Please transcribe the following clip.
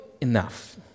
enough